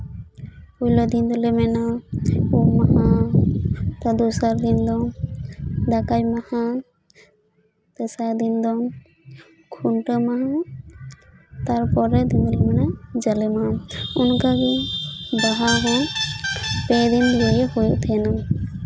ᱯᱳᱭᱞᱳ ᱫᱤ ᱫᱚᱞᱮ ᱢᱮᱱᱟ ᱩᱢ ᱢᱟᱦᱟ ᱫᱚᱥᱟᱨ ᱫᱤᱱ ᱫᱚ ᱫᱟᱠᱟᱭ ᱢᱟᱦᱟ ᱛᱮᱥᱟᱨ ᱫᱤᱱ ᱫᱚ ᱠᱷᱩᱱᱴᱟᱹᱣ ᱢᱟᱦᱟ ᱛᱟᱨ ᱯᱚᱨᱮ ᱫᱤᱱ ᱫᱚ ᱦᱩᱭᱩᱜ ᱠᱟᱱᱟ ᱡᱟᱞᱮ ᱢᱟᱦᱟ ᱚᱱᱠᱟᱜᱮ ᱵᱟᱦᱟ ᱦᱚᱸ ᱯᱮ ᱫᱤᱱ ᱫᱷᱚᱨᱮ ᱦᱩᱭᱩᱜ ᱠᱟᱱ ᱛᱟᱦᱮᱸᱱᱟ